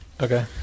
Okay